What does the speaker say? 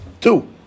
two